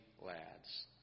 lads